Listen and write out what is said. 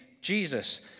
Jesus